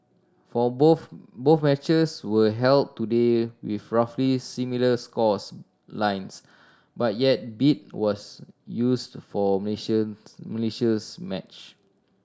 for both both matches were held today with roughly similar scores lines but yet 'beat' was used for Malaysia match